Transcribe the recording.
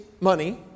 money